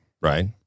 right